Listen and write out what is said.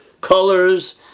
colors